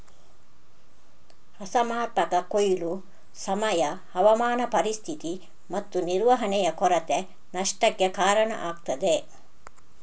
ಅಸಮರ್ಪಕ ಕೊಯ್ಲು, ಸಮಯ, ಹವಾಮಾನ ಪರಿಸ್ಥಿತಿ ಮತ್ತು ನಿರ್ವಹಣೆಯ ಕೊರತೆ ನಷ್ಟಕ್ಕೆ ಕಾರಣ ಆಗ್ತದೆ